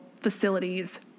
facilities